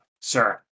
sir